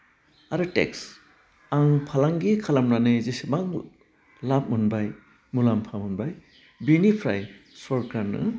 आरो टेक्स आं फालांगि खालामनानै जेसेबां लाब मोनबाय मुलाम्फा मोनबाय बिनिफ्राय सरकारनो